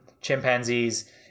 chimpanzees